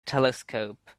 telescope